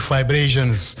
Vibrations